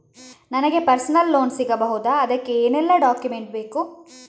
ನನಗೆ personal loan ಸಿಗಬಹುದ ಅದಕ್ಕೆ ಏನೆಲ್ಲ ಡಾಕ್ಯುಮೆಂಟ್ ಬೇಕು?